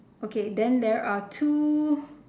okay then there are two